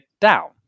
down